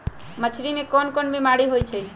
मछरी मे कोन कोन बीमारी होई छई